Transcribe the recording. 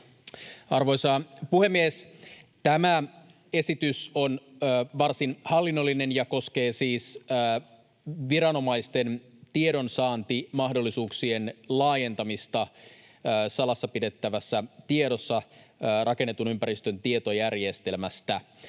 Arvoisa puhemies! Tämä esitys on varsin hallinnollinen ja koskee siis viranomaisten tiedonsaantimahdollisuuksien laajentamista salassa pidettävässä tiedossa rakennetun ympäristön tietojärjestelmästä,